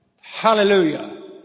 Hallelujah